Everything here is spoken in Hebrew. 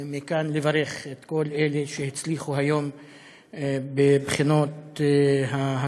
לברך מכאן את כל אלה שהצליחו היום בבחינות ההסמכה